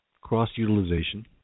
Cross-utilization